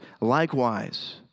likewise